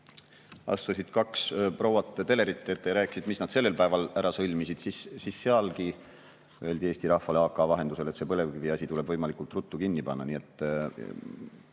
astusid kaks prouat telerite ette ja rääkisid, et mis nad sel päeval ära sõlmisid, sealgi öeldi Eesti rahvale AK vahendusel, et see põlevkiviasi tuleb võimalikult ruttu kinni panna.